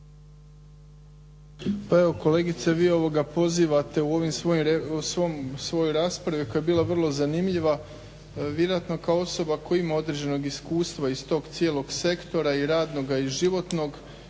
Pa evo kolegice vi pozivate u svojoj raspravi koja je bila vrlo zanimljiva vjerojatno kao osoba koja ima određenog iskustva iz tog cijelog sektora i radnog i životnog,